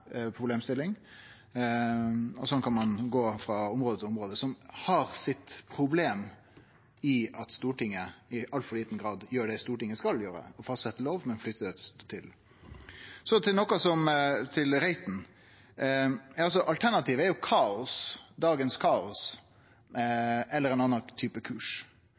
problemstilling. Sånn kan ein gå frå område til område, noko som har sitt problem i at Stortinget i altfor liten grad gjer det Stortinget skal gjere, å fastsetje lov, men flyttar det. Så til Reiten: Alternativa er kaos, dagens kaos, eller ein annan type kurs.